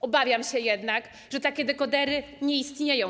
Obawiam się jednak, że takie dekodery jeszcze nie istnieją.